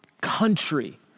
country